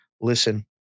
listen